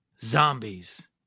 Zombies